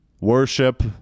worship